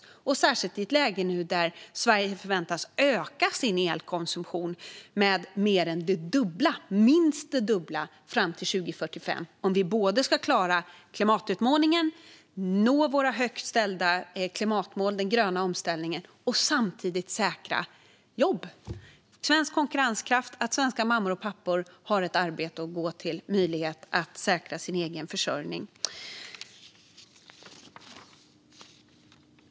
Detta gäller särskilt i ett läge där Sverige nu förväntas öka sin elkonsumtion med minst det dubbla fram till 2045 om vi ska klara klimatutmaningen, nå våra högt ställda klimatmål, klara den gröna omställningen och samtidigt säkra jobb och svensk konkurrenskraft så att svenska mammor och pappor har ett arbete att gå till och möjlighet säkra sin egen försörjning.